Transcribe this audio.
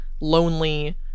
lonely